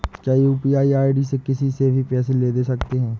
क्या UPI ID से किसी से भी पैसे ले दे सकते हैं?